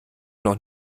noch